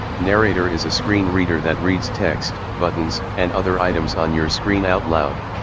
narrator is a screen reader that reads text, buttons, and other items on your screen out loud.